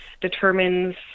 determines